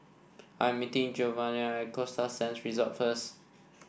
I'm meeting Jovanny at Costa Sands Resort first